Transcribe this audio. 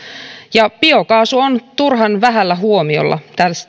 biokaasu on turhan vähällä huomiolla